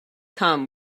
come